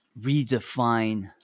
redefine